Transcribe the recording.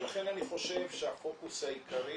לכן אני חושב שהפוקוס העיקרי